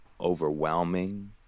overwhelming